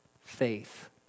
Faith